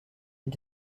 and